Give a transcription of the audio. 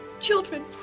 Children